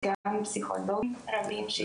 וגם פסיכולוגים רבים.